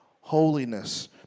holiness